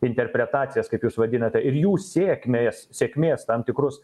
interpretacijas kaip jūs vadinate ir jų sėkmės sėkmės tam tikrus